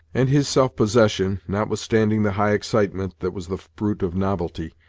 and his self-possession, notwithstanding the high excitement, that was the fruit of novelty,